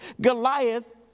Goliath